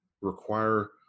require